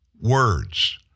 words